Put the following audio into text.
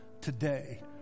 today